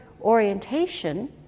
orientation